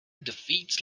defeats